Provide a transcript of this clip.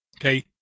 okay